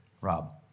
Rob